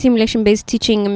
simulation based teaching